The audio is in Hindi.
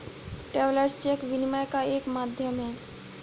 ट्रैवेलर्स चेक विनिमय का एक माध्यम है